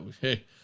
Hey